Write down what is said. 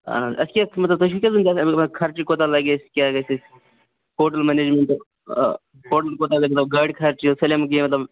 اَہَن حظ اَسہِ کیٛاہ مطلب تُہۍ چھُے تیٚلہِ وُنکیٚنَس ایویلیبٕل خَرچہٕ کوٗتاہ لگہِ اَسہِ کیٛاہ گژھِ اَسہِ ہوٗٹل منیجمینٛٹُک آ ہوٗٹل کوٗتاہ گژھِ لگ بگ گاڑِ خَرچہٕ سٲلِم کیٚنٛہہ تِم مطلب